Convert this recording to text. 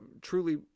truly